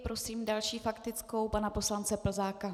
Prosím další faktickou pana poslance Plzáka.